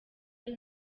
ari